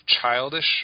childish